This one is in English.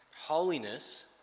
Holiness